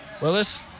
Willis